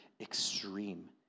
extreme